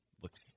looks